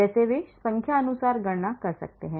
कैसे वे संख्यानुसार गणना कैसे करते हैं